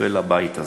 ולבית הזה.